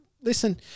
listen